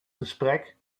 gesprek